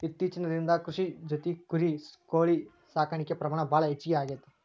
ಇತ್ತೇಚಿನ ದಿನದಾಗ ಕೃಷಿ ಜೊತಿ ಕುರಿ, ಕೋಳಿ ಸಾಕಾಣಿಕೆ ಪ್ರಮಾಣ ಭಾಳ ಹೆಚಗಿ ಆಗೆತಿ